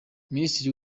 minisitiri